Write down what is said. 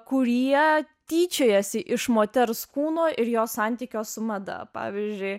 kurie tyčiojasi iš moters kūno ir jo santykio su mada pavyzdžiui